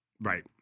right